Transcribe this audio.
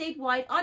Statewide